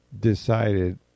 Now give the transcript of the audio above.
decided